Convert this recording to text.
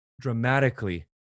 dramatically